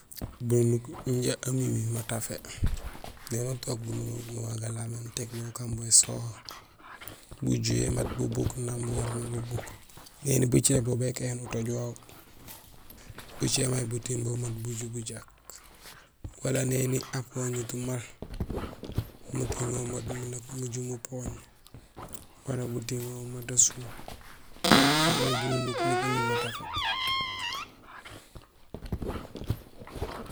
Bununuk inja amimi matafé; néni utook bununuk nuŋa galamé uték min ukambo ésoho, bujuhé mat bubuk nang min bu warmé bubuk; néni bucé bo bébéhéén utooj wawu; bucé may bbuting mais bat buju bujak, wala néni apoñut maal mutiŋool mat Muju mupooñ wala mutiñolmat asuum. Yo écimé bununuk nak ami matafé.